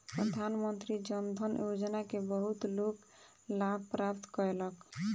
प्रधानमंत्री जन धन योजना के बहुत लोक लाभ प्राप्त कयलक